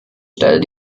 stelle